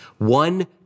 One